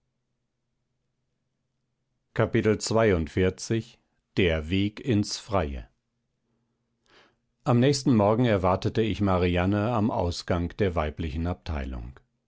am nächsten morgen erwartete ich marianne am ausgang der weiblichen abteilung